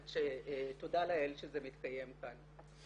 עד שתודה לאל שזה מתקיים כאן.